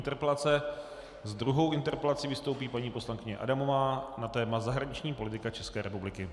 S druhou interpelací vystoupí paní poslankyně Adamová na téma zahraniční politika České republiky.